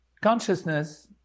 consciousness